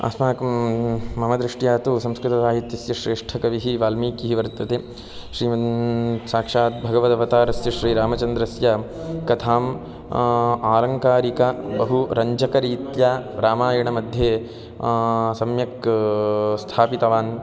अस्माकं मम दृष्ट्या तु संस्कृतसाहित्यस्य श्रेष्ठकविः वाल्मीकिः वर्तते श्रीमन् साक्षात् भगवदवतारस्य श्रीरामचन्द्रस्य कथाम् आलङ्कारिकं बहु रञ्जकरीत्या रामायणमध्ये सम्यक् स्थापितवान्